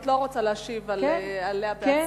את לא רוצה להשיב עליה בעצמך.